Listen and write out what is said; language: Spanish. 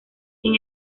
sin